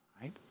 right